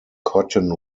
cotton